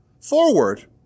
forward